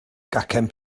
gacen